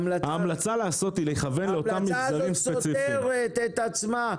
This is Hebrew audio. ההמלצה היא לכוון למגזרים ספציפיים.